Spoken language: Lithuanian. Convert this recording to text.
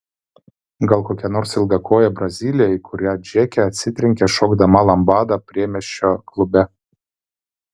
gal kokia nors ilgakojė brazilė į kurią džeke atsitrenkė šokdama lambadą priemiesčio klube